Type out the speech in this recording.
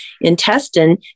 intestine